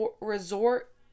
resort